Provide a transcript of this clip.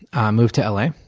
i moved to l a,